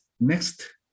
next